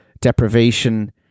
deprivation